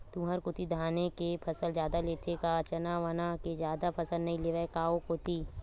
तुंहर कोती धाने के फसल जादा लेथे का चना वना के जादा फसल नइ लेवय का ओ कोती?